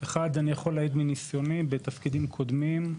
אני יוכל להעיד מניסיוני בתפקידים קודמים,